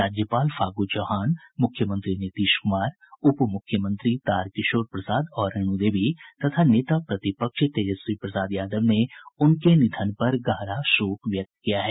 राज्यपाल फागू चौहान मुख्यमंत्री नीतीश कुमार उप मुख्मयंत्री तारकिशोर प्रसाद और रेणु देवी तथा नेता प्रतिपक्ष तेजस्वी प्रसाद यादव ने उनके निधन पर गहरा शोक व्यक्त किया है